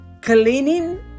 Cleaning